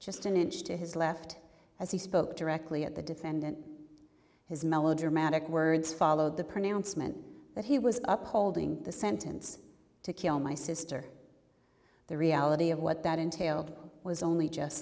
just an inch to his left as he spoke directly at the defendant his melodramatic words followed the pronouncement that he was up holding the sentence to kill my sister the reality of what that entailed was only just